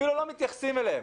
אפילו לא מתייחסים אליהם.